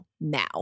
now